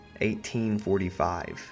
1845